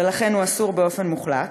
ולכן הוא "אסור באופן מוחלט",